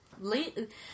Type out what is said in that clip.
Late